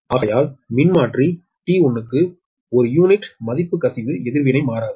ஆகையால் மின்மாற்றி T1க்கு ஒரு யூனிட் மதிப்பு கசிவு எதிர்வினை மாறாது